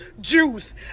juice